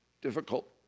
difficult